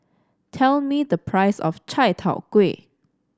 tell me the price of Chai Tow Kway